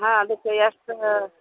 ಹಾಂ ಅದಕ್ಕೆ ಎಷ್ಟು